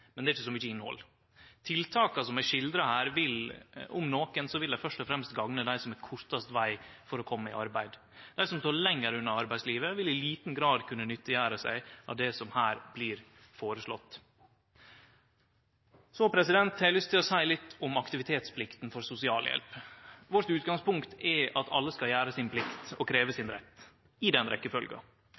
men det er ikkje så mykje innhald. Tiltaka som er skildra her, vil – om nokon – først og fremst gagne dei som har kortast veg for å kome i arbeid. Dei som står lenger unna arbeidslivet, vil i liten grad kunne nyttegjere seg av det som her blir føreslått. Så har eg lyst til å seie litt om aktivitetsplikta for sosialhjelp. Vårt utgangspunkt er at alle skal gjere sin plikt og krevje sin rett, i den